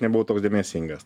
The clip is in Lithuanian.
nebuvau toks dėmesingas